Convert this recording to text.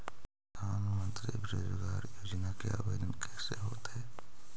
प्रधानमंत्री बेरोजगार योजना के आवेदन कैसे होतै?